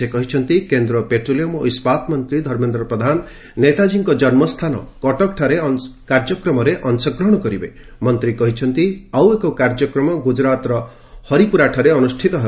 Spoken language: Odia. ସେ କହିଛନ୍ତି ପେଟ୍ରୋଲିୟମ୍ ମନ୍ତ୍ରୀ ଧର୍ମେନ୍ଦ୍ର ପ୍ରଧାନ ନେତାଚ୍ଚୀଙ୍କ ଜନ୍ମସ୍ଥାନ କଟକଠାରେ କାର୍ଯ୍ୟକ୍ରମରେ ଅଂଶଗ୍ରହଣ କରିବା ସହ ମନ୍ତ୍ରୀ କହିଛନ୍ତି ଆଉ ଏକ କାର୍ଯ୍ୟକ୍ରମ ଗୁଜରାତର ହରିପୁରାଠାରେ ଅନୁଷ୍ଠିତ ହେବ